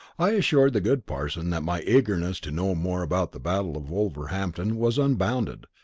i assured the good parson that my eagerness to know more about the battle of wolverhampton was unbounded.